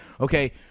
okay